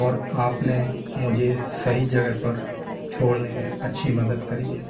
और आपने मुझे सही जगह पर छोड़ने में अच्छी मदद करी है